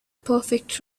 perfect